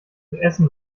essen